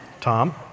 Tom